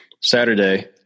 saturday